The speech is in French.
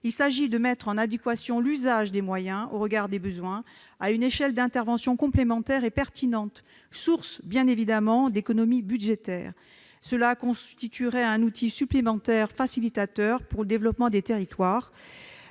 Il s'agit de mettre en adéquation l'usage des moyens au regard des besoins à une échelle d'intervention complémentaire et pertinente, source bien évidemment d'économies budgétaires. Cela constituerait un outil supplémentaire facilitateur pour le développement des territoires,